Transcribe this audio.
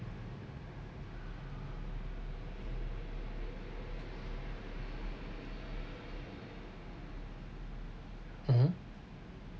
(uh huh)